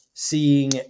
Seeing